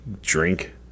drink